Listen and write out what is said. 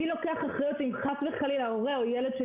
מי לוקח אחריות אם חס וחלילה הורה או ילד או